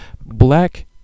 Black